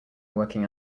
working